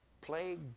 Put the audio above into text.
plague